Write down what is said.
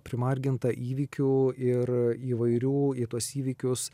primargintą įvykių ir įvairių į tuos įvykius